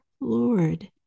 Lord